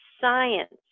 science